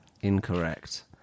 Incorrect